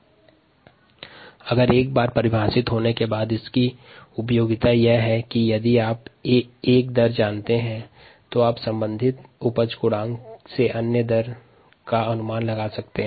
slide समय 3200 उपज गुणांक की उपयोगिता यह है कि यदि एक दर ज्ञात हैं तो संबंधित उपज गुणांक से अन्य दरों का अनुमान लगा सकते हैं